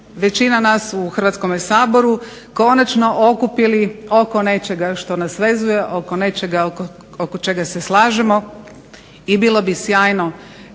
većina nas u Hrvatskom saboru okupili oko nečega što nas vezuje, oko nečega oko čega se slažemo i bilo bi sjajno